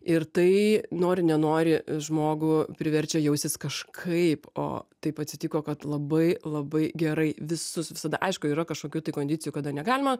ir tai nori nenori žmogų priverčia jaustis kažkaip o taip atsitiko kad labai labai gerai visus visada aišku yra kažkokių tai kondicijų kada negalima